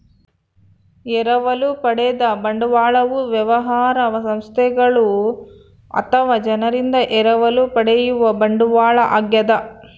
ಎರವಲು ಪಡೆದ ಬಂಡವಾಳವು ವ್ಯವಹಾರ ಸಂಸ್ಥೆಗಳು ಅಥವಾ ಜನರಿಂದ ಎರವಲು ಪಡೆಯುವ ಬಂಡವಾಳ ಆಗ್ಯದ